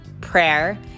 prayer